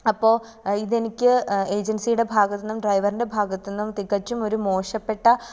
അപ്പോൾ ഇത് എനിക്ക് ഏജൻസിയുടെ ഭാഗത്തു നിന്നും ഡ്രൈവറിൻ്റെ ഭാഗത്തു നിന്നും തികച്ചും ഒരു മോശപ്പെട്ട